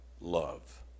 love